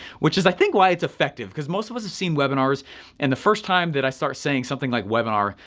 which is i think why it's effective cause most of us have seen webinars and the first time that i start saying something like webinar,